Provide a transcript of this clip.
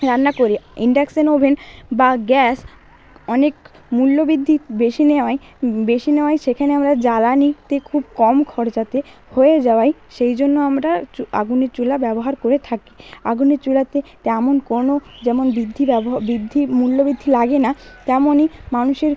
রান্না করি induction oven বা গ্যাস অনেক মূল্যবৃদ্ধি বেশি নেওয়ায় বেশি নেওয়ায় সেখানে আমরা জ্বালানিতে খুব কম খরচাতে হয়ে যাওয়ায় সেই জন্য আমরা আগুনের চুলা ব্যবহার করে থাকি আগুনের চুলাতে তেমন কোনও যেমন বৃদ্ধি ব্যবহার বৃদ্ধির মূল্যবৃদ্ধি লাগে না তেমনই মানুষের